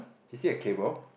you see a cable